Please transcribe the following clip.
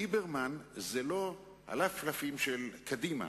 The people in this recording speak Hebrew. ליברמן זה לא ה"לפלפים" של קדימה.